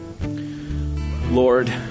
Lord